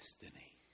destiny